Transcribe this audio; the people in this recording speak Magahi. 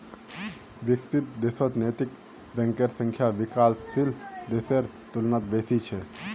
विकसित देशत नैतिक बैंकेर संख्या विकासशील देशेर तुलनात बेसी छेक